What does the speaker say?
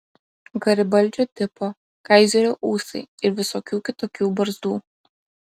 garibaldžio tipo kaizerio ūsai ir visokių kitokių barzdų